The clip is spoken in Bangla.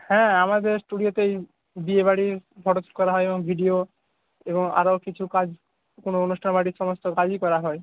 হ্যাঁ আমাদের স্টুডিওতে এই বিয়েবাড়ি ফটোস করা হয় এবং ভিডিও এবং আরও কিছু কাজ কোনও অনুষ্ঠান বাড়ির সমস্ত কাজই করা হয়